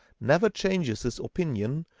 never changes his opinion,